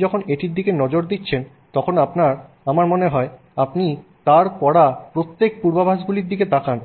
তবে আপনি যখন এটির দিকে নজর দিচ্ছেন তখন আপনার আমার মনে হয় আপনি তার করা প্রত্যেক পূর্বাভাসগুলির দিকে তাকান